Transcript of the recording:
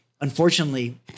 Unfortunately